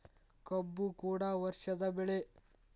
ಕಬ್ಬು ಕೂಡ ವರ್ಷದ ಬೆಳೆ